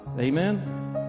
Amen